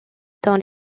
dans